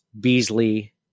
Beasley